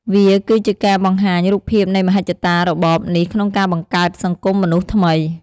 វាគឺជាការបង្ហាញរូបភាពនៃមហិច្ឆតារបបនេះក្នុងការបង្កើត "សង្គមមនុស្សថ្មី" ។